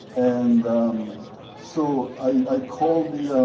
and so i called the